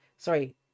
Sorry